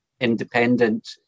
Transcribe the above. independent